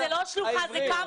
זו לא שלוחה, זה קמפוס.